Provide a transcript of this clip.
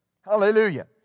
Hallelujah